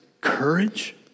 courage